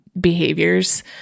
behaviors